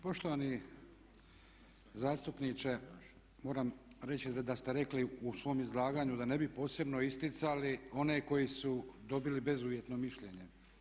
Poštovani zastupniče, moram reći da ste rekli u svom izlaganju da ne posebno isticali one koji su dobili bezuvjetno mišljenje.